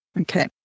Okay